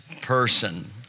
person